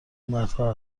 مردها